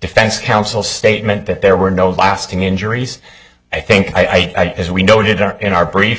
defense counsel statement that there were no lasting injuries i think i as we noted our in our brief